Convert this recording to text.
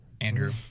Andrew